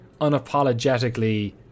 unapologetically